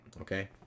okay